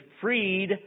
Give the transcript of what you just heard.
freed